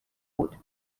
بود